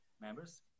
members